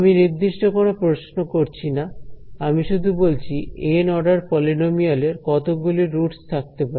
আমি নির্দিষ্ট কোন প্রশ্ন করছি না আমি শুধু বলছি এন অর্ডার পলিনোমিয়াল এর কতগুলি রুটস থাকতে পারে